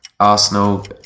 Arsenal